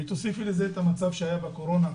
תוסיפו לזה גם את המצב שהיה בקורונה,